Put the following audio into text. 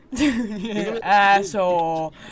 Asshole